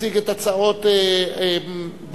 ותציג את הצעת בל"ד,